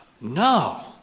No